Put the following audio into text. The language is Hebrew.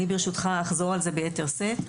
אני, ברשותך, אחזור על זה ביתר שאת.